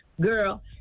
girl